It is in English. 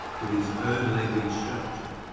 with its own language structure.